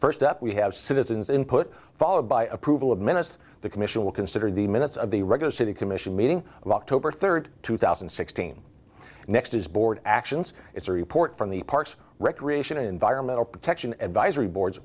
first up we have citizens input followed by approval of minutes the commission will consider the minutes of the regular city commission meeting october third two thousand and sixteen next as board actions it's a report from the parks recreation and environmental protection advisory boards